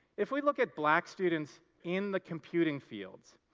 if we look at black students in the computing fields,